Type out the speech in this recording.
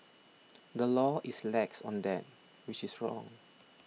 the law is lax on that which is wrong